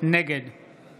נגד